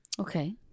Okay